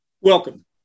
Welcome